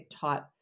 type